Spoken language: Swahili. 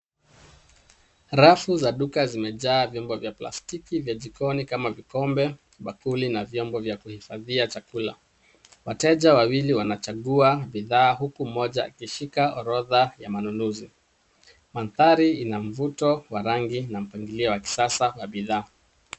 Rafu za duka zimejaa vyombo vya plastiki vya jikoni kama vikombe, bakuli na vyombo vya kuhifadhia chakula. Wateja wawili wanachagua bidhaa huku mmoja akishika orodha ya manunuzi. Mandhari ina mvuto wa rangi na mpangilio wa kisasa wa bidhaa.